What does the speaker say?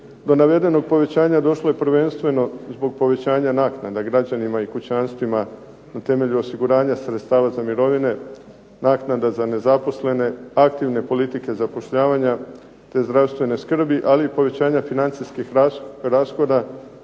Do navedenog povećanja došlo je prvenstveno zbog povećanja naknada građanima i kućanstvima na temelju osiguranja sredstava za mirovine, naknada za nezaposlene, aktivne politike zapošljavanja te zdravstvene skrbi, ali i povećanja financijskih rashoda